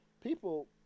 people –